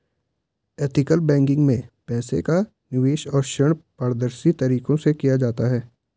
ethical banking में पैसे का निवेश और ऋण पारदर्शी तरीके से किया जाता है